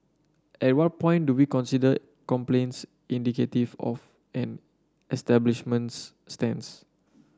at what point do we consider complaints indicative of an establishment's stance